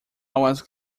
was